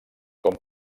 com